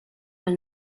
del